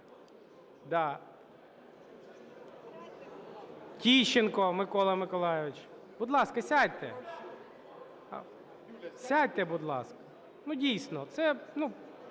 Тищенко Микола Миколайович. Будь ласка, сядьте. Сядьте, будь ласка. Ну, дійсно, це